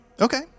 okay